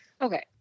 Okay